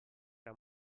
era